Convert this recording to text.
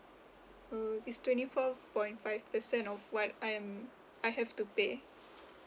uh it's twenty four point five percent of what I am I have to pay